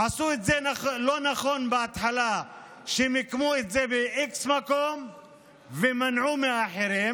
עשו את זה לא נכון בהתחלה כשמיקמו את זה במקום x ומנעו מאחרים,